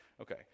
Okay